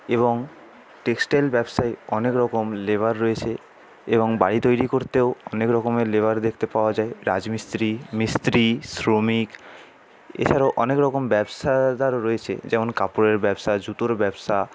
এবং টেক্সটাইল ব্যবসায়ী অনেক রকম লেবার রয়েছে এবং বাড়ি তৈরি করতেও অনেক রকমের লেবার দেখতে পাওয়া যায় রাজমিস্ত্রি মিস্ত্রি শ্রমিক এছাড়াও অনেক রকম ব্যবসাদারও রয়েছে যেমন কাপড়ের ব্যবসা জুতোর ব্যবসা